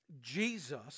Jesus